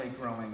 growing